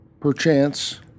perchance